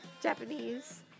Japanese